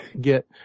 get